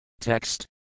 Text